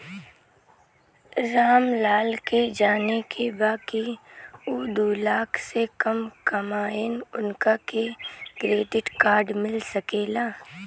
राम लाल के जाने के बा की ऊ दूलाख से कम कमायेन उनका के क्रेडिट कार्ड मिल सके ला?